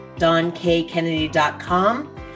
DonkKennedy.com